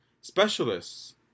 Specialists